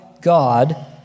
God